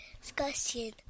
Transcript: Discussion